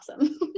awesome